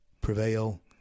prevail